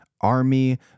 army